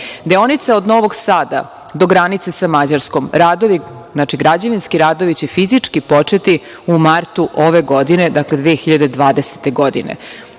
od Novog Sada do granice sa Mađarskom, građevinski radovi će fizički početi u martu ove godine, dakle, 2020. godine.